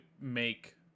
make